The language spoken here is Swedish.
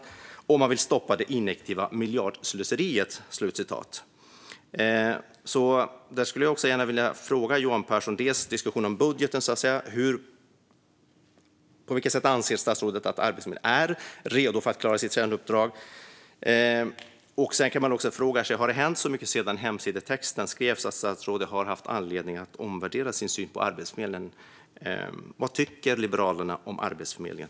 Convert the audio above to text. Man skriver också att man vill stoppa det ineffektiva miljardslöseriet. Där skulle jag också gärna vilja ställa en fråga till Johan Pehrson när det gäller diskussionen om budgeten: På vilket sätt anser statsrådet att Arbetsförmedlingen är redo för att klara sitt kärnuppdrag? Man kan också fråga sig om det har hänt så mycket sedan hemsidestexten skrevs att statsrådet har haft anledning att omvärdera sin syn på Arbetsförmedlingen. Vad tycker Liberalerna om Arbetsförmedlingen?